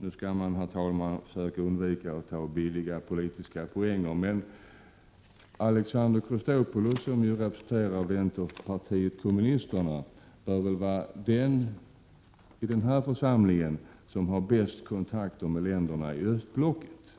Man skall, herr talman, försöka undvika att ta billiga politiska poänger, men Alexander Chrisopoulos, som ju representerar vänsterpartiet kommunisterna, bör väl vara den i den här församlingen som har bäst kontakter med länderna i östblocket.